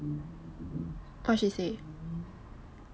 what she say